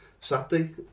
Saturday